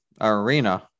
arena